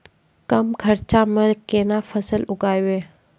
कम खर्चा म केना फसल उगैबै?